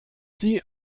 sie